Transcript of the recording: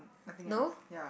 no